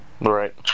Right